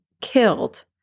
killed